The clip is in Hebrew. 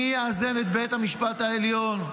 מי יאזן את בית המשפט העליון?